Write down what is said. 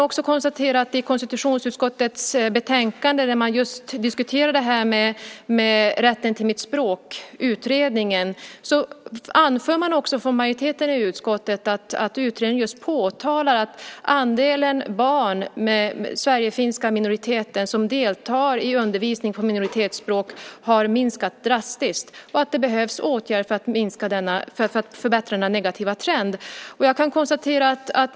I konstitutionsutskottets betänkande där man just diskuterade utredningen om rätten till språk anförde majoriteten i utskottet att utredningen påtalar att andelen barn i sverigefinska minoriteter som deltar i undervisningen på minoritetsspråk drastiskt har minskat och att det behövs åtgärder för att förbättra denna negativa trend.